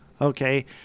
Okay